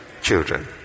children